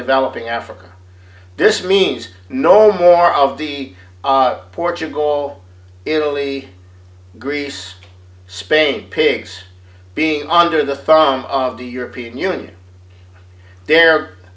developing africa this means no more of the portugal italy greece spain pigs being under the thumb of the european union the